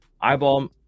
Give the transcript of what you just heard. eyeball